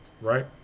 right